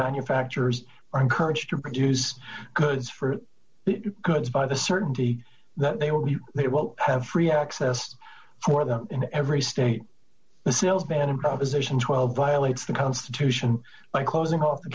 manufacturers are encouraged to produce goods for goods by the certainty that they will be they won't have free access for them in every state the sales ban improvisation twelve violates the constitution by causing all the